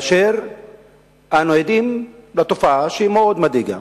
ואנחנו עדים לתופעה מאוד מדאיגה: